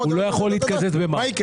הוא לא יכול להתקזז במע"מ.